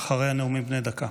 אחרי הנאומים בני דקה.